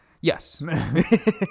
yes